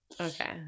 Okay